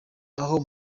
aho